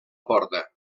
porta